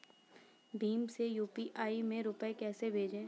भीम से यू.पी.आई में रूपए कैसे भेजें?